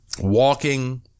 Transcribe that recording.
walking